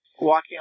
walking